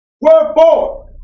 Wherefore